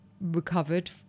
recovered